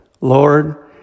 Lord